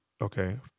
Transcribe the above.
Okay